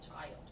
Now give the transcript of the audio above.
child